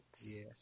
Yes